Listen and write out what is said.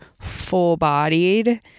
full-bodied